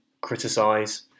criticise